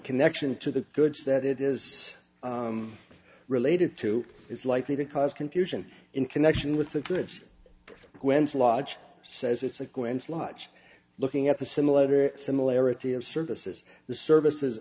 connection to the goods that it is related to is likely to cause confusion in connection with the goods when's logic says it's a quince luch looking at the simulator similarity of services the services